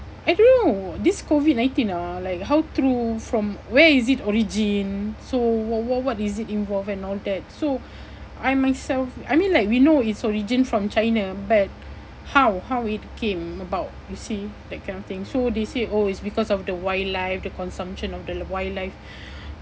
I don't know this COVID nineteen ah like how true from where is it origin so what what what is it involved and all that so I myself I mean like we know its origin from China but how how it came about you see that kind of thing so they said oh it's because of the wildlife the consumption of the wildlife